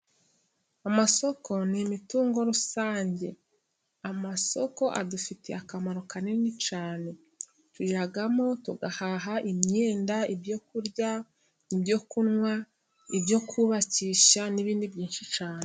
Amasoko ni imitungo rusange, amasoko adufitiye akamaro kanini cyane, tuyajyamo tugahaha imyenda, ibyo kurya, ibyo kunywa, ibyo kubakisha, n'ibindi byinshi cyane.